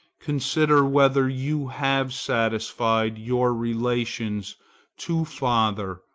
consider whether you have satisfied your relations to father,